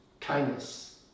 kindness